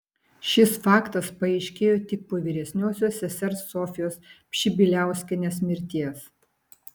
šis faktas paaiškėjo tik po vyresniosios sesers sofijos pšibiliauskienės mirties